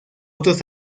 otros